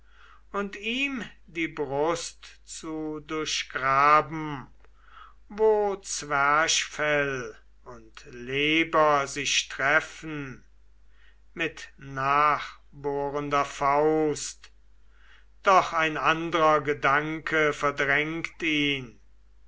und ihm die brust zu durchgraben wo zwerchfell und leber sich treffen mit nachbohrender faust doch ein andrer gedanke verdrängt ihn